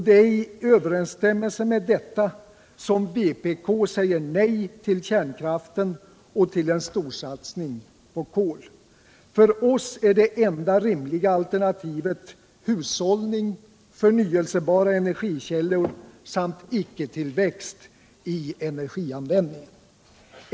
Det är i överensstämmelse med detta som vpk säger nej till kärnkraften och till en storsatsning på kol. För oss är det enda rimliga alternativet hushållning, förnyelsebara energikällor samt icke-tillväxt av energianvändningen.